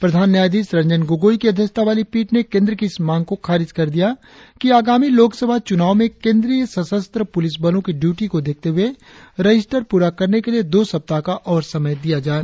प्रधान न्यायाधीश रंजन गोगोई की अध्यक्षता वाली पीठ ने केंद्र की इस मांग को खारिज कर दिया कि आगामी लोकसभा चुनाव में केंद्रीय सशस्त्र पुलिस बलों की ड्यूटी को देखते हुए रजिस्टर पूरा करने के लिए दो सप्ताह का और समय दिया जाये